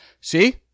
See